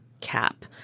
cap